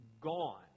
gone